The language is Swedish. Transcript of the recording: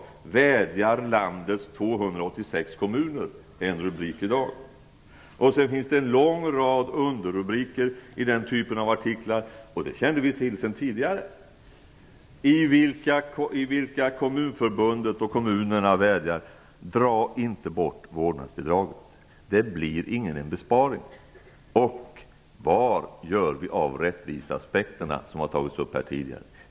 Så säger landets 286 kommuner i dag enligt en tidningsartikel, där det finns en lång rad underrubriker i vilka kommuner och Kommunförbundet vädjar: Dra inte bort vårdnadsbidraget. Det blir ingen besparing. Vad gör vi av rättviseaspekterna? Det har tagits upp här tidigare.